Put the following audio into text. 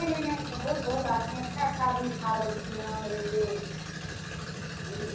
नहि नहि बहुत बहुत आदमी अच्छा अच्छा आदमी ठाढ़ होलखिन हँ जइसे बुझली